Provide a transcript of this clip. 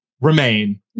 remain